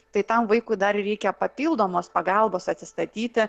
tai tam vaikui dar ir reikia papildomos pagalbos atsistatyti